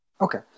Okay